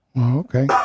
okay